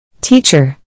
Teacher